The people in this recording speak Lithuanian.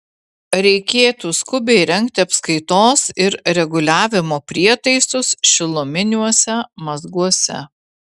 reikėtų skubiai įrengti apskaitos ir reguliavimo prietaisus šiluminiuose mazguose